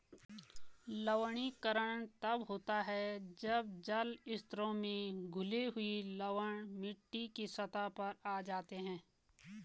लवणीकरण तब होता है जब जल स्तरों में घुले हुए लवण मिट्टी की सतह पर आ जाते है